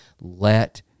let